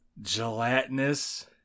Gelatinous